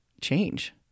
change